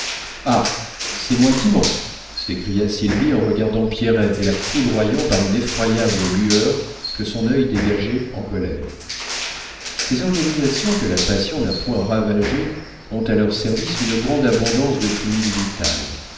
ah c'est moi qui mens s'écria sylvie en regardant pierrette et la foudroyant par une effroyable lueur que son œil dégageait en colère ces organisations que la passion n'a point ravagées ont à leur service une grande abondance de fluide vital